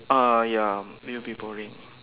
ah ya it will be boring